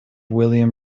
william